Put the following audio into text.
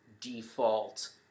default